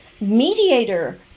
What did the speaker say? Mediator